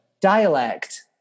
Dialect